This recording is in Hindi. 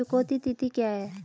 चुकौती तिथि क्या है?